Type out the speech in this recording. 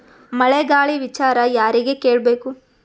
ಮಳೆ ಗಾಳಿ ವಿಚಾರ ಯಾರಿಗೆ ಕೇಳ್ ಬೇಕು?